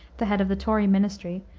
the head of the tory ministry,